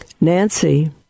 Nancy